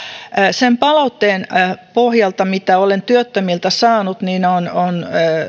sen palautteen pohjalta mitä olen työttömiltä saanut on on